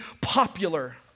popular